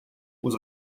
was